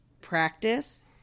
practice